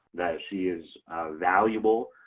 that she is valuable.